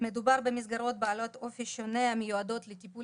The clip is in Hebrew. מדובר במסגרות בעלות אופי שונה המיועדות לטיפול